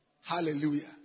Hallelujah